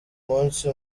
munsi